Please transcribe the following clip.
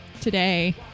today